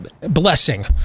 blessing